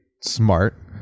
smart